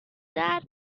that